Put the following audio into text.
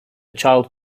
child